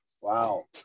Wow